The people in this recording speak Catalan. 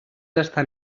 estan